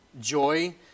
joy